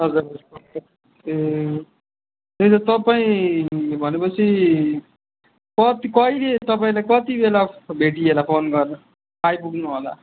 हजुर ए त्यही त तपाईँ भने पछि कति कहिले तपाईँलाई कति बेला भेटिएला फोन गर्न आइपुग्नु होला